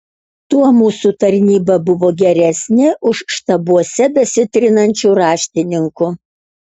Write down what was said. tuo mūsų tarnyba buvo geresnė už štabuose besitrinančių raštininkų